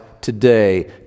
today